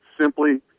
simply